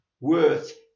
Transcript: worth